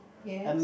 yes